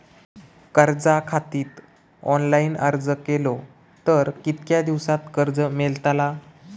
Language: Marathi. कर्जा खातीत ऑनलाईन अर्ज केलो तर कितक्या दिवसात कर्ज मेलतला?